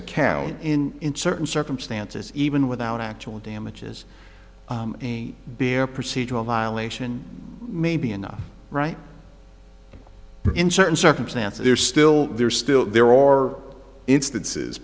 account in in certain circumstances even without actual damages being a procedural violation may be enough right in certain circumstances they're still there still there are instances